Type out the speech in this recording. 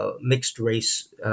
mixed-race